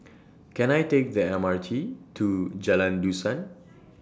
Can I Take The M R T to Jalan Dusan